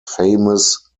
famous